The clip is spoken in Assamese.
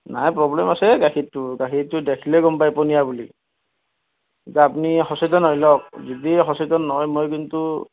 নহয় প্ৰব্লেম আছে গাখীৰটো গাখীৰটো দেখিলে গম পায় পনীয়া বুলি বা আপ্নি সচেতন হৈ লওক যদি সচেতন নহয় মই কিন্তু